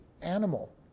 animal